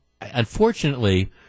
unfortunately